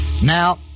Now